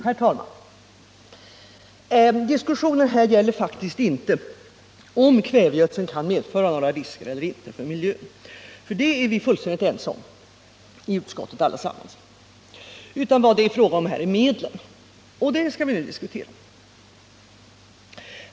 Herr talman! Diskussionen här gäller faktiskt inte om kvävegödsel kan medföra några risker eller inte för miljön — för det är vi alla fullständigt ense om i utskottet — utan vad det är fråga om är medlen, och den frågan skall vi nu diskutera.